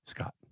Scott